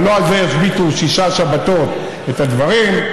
אבל לא על זה ישביתו שש שבתות את הדברים,